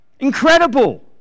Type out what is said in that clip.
Incredible